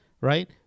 right